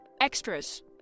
extras